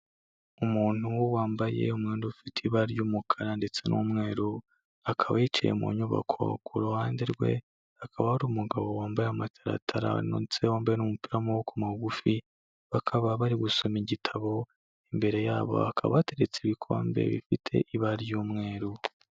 Umuntu wambaye umwenda ufite ibara ry'umukara ndetse n'umweru, akaba yicaye mu nyubako, ku ruhande rwe hakaba hari umugabo wambaye amataratara ndetse wambaye n'umupira w'amaboko magufi, bakaba bari gusoma igitabo, imbere yabo hakaba hateretse ibikombe bifite ibara ry'umweru.